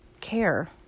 care